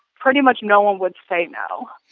pretty much no one would say no.